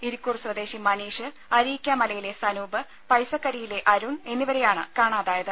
ഇരിക്കൂർ സ്വദേശി മനീഷ് അരിയിക്കാമലയിലെ സനൂപ് പൈസക്കരിയിലെ അരുൺ എന്നിവരെയാണ് കാണാതായത്